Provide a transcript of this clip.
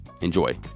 Enjoy